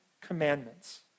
Commandments